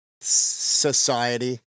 Society